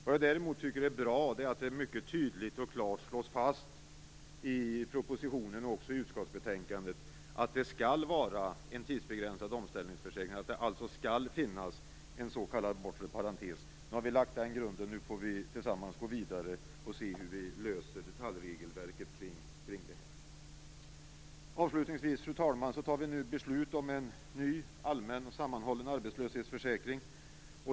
Det jag däremot tycker är bra är att det mycket tydligt och klart slås fast i propositionen och även i utskottsbetänkandet att det skall vara en tidsbegränsad omställningsförsäkring, att det alltså skall finnas en s.k. bortre parentes. Nu har vi lagt den grunden. Vi får tillsammans gå vidare och se hur vi löser detaljregelverket kring det. Avslutningsvis, fru talman, fattar vi nu beslut om en ny allmän och sammanhållen arbetslöshetsförsäkring.